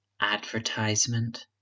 advertisement